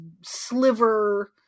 sliver